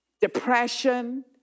depression